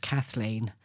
Kathleen